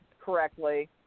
correctly